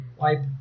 Wipe